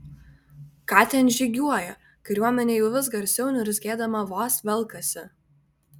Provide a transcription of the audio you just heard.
ką ten žygiuoja kariuomenė jau vis garsiau niurzgėdama vos velkasi